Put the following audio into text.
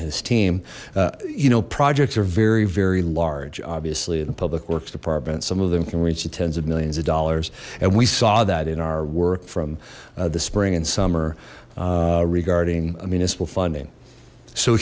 his team you know projects are very very large obviously in the public works department some of them can reach to tens of millions of dollars and we saw that in our work from the spring and summer regarding a municipal funding so